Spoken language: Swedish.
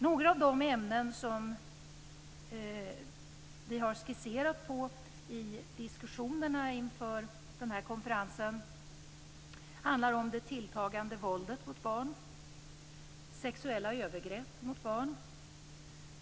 Några av de ämnen vi har skisserat på i diskussionerna inför konferensen är det tilltagande våldet mot barn och sexuella övergrepp mot barn.